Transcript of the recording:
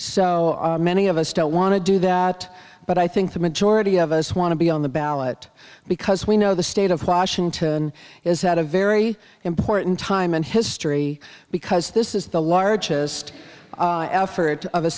so many of us don't want to do that but i think the majority of us want to be on the ballot because we know the state of washington is at a very important time in history because this is the largest effort of